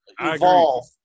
evolve